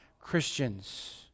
Christians